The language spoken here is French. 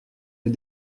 les